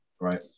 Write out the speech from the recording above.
Right